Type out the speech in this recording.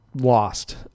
lost